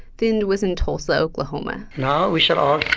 thind was in tulsa, oklahoma, now we shall all